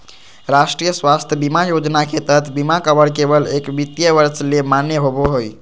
राष्ट्रीय स्वास्थ्य बीमा योजना के तहत बीमा कवर केवल एक वित्तीय वर्ष ले मान्य होबो हय